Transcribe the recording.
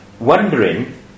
wondering